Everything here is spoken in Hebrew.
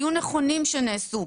היה נכון שנעשו,